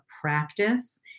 practice